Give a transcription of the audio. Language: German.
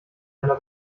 einer